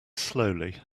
slowly